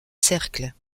cercle